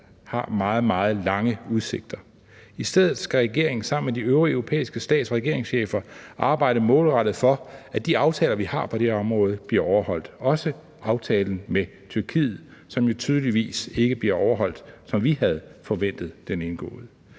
fald meget, meget lange udsigter har. I stedet skal regeringen sammen med de øvrige europæiske stats- og regeringschefer arbejde målrettet for, at de aftaler, vi har på det her område, bliver overholdt, også aftalen med Tyrkiet, som jo tydeligvis ikke bliver overholdt, som vi havde forventet, da den